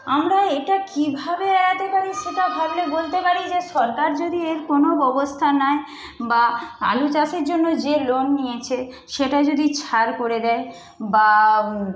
আমরা এটা কীভাবে এড়াতে পারি সেটা ভাবলে বলতে পারি যে সরকার যদি এর কোনো ব্যবস্থা নেয় বা আলু চাষের জন্য যে লোন নিয়েছে সেটা যদি ছাড় করে দেয় বা